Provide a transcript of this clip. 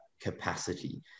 capacity